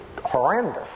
horrendous